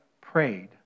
prayed